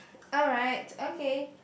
alright okay